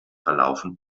verlaufen